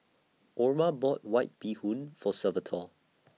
Orma bought White Bee Hoon For Salvatore